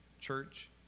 church